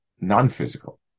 non-physical